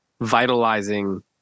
vitalizing